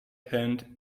hand